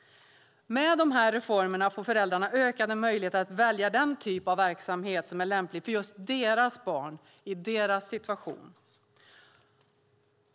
Med reformerna får föräldrarna ökade möjligheter att välja den typ av verksamhet som är lämplig för just deras barn, i deras situation.